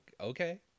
okay